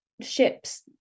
ships